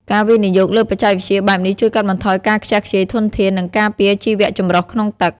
ការវិនិយោគលើបច្ចេកវិទ្យាបែបនេះជួយកាត់បន្ថយការខ្ជះខ្ជាយធនធាន និងការពារជីវចម្រុះក្នុងទឹក។